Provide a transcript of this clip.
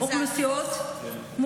אוכלוסיות, היום זה הפוך.